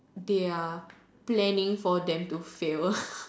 they are planning for them to fail